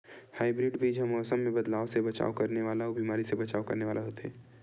hybrid बीज हा मौसम मे बदलाव से बचाव करने वाला अउ बीमारी से बचाव करने वाला होथे